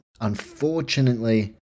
Unfortunately